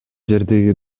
жердеги